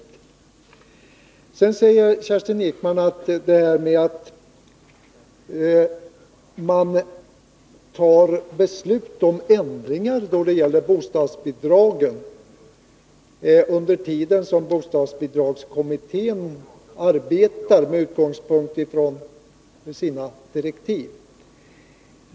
Kerstin Ekman hade svårt att förstå kritiken mot att regeringen fattar beslut om ändringar då det gäller bostadsbidragen under tiden som bostadsbidragskommittén arbetar med utgångspunkt från sina direktiv.